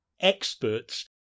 experts